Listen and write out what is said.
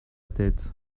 tête